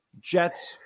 Jets